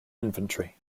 inventory